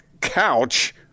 couch